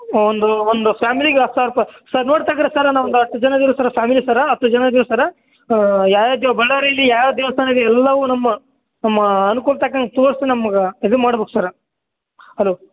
ಒಂದು ಒಂದು ಫ್ಯಾಮ್ಲಿಗೆ ಹತ್ತು ಸಾವಿರ ರೂಪಾಯಿ ಸರ್ ನೋಡಿ ತೆಗೆರಿ ಸರ್ ನಾವು ಒಂದು ಹತ್ತು ಜನ ಇದ್ದೀವಿ ಸರ್ ಫ್ಯಾಮಿಲಿ ಸರ್ರ್ ಹತ್ತು ಜನ ಇದ್ದಿವಿ ಸರ್ ಯಾವ ಯಾವ ದೇವ ಬಳ್ಳಾರೀಲಿ ಯಾವ ಯಾವ ದೇವಸ್ಥಾನ ಇದೆ ಎಲ್ಲವು ನಮ್ಮ ನಮ್ಮ ಅನುಕೂಲ ತಕ್ಕಂಗೆ ತೋರಿಸಿ ನಮ್ಗೆ ಇದು ಮಾಡ್ಬೇಕು ಸರ್ರ್ ಹಲೋ